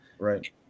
Right